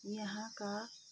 यहाँका